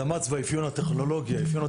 הדמ"צ והאפיון הטכנולוגי